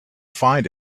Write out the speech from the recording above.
find